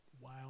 Wow